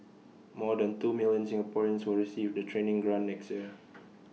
more than two million Singaporeans will receive the training grant next year